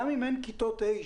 גם אם אין כיתות ה',